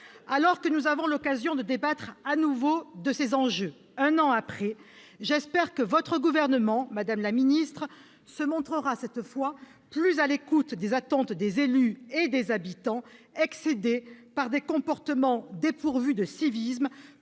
Alors que nous avons l'occasion de débattre à nouveau de ces enjeux un an après, j'espère que votre gouvernement, madame la ministre, se montrera, cette fois, plus à l'écoute des attentes des élus et des habitants, qui sont excédés par des comportements dépourvus de civisme,